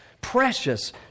precious